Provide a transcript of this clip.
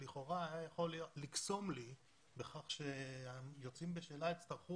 שלכאורה היה יכול לקסום לי בכך שיוצאים בשאלה יצטרכו